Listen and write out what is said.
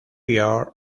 york